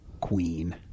Queen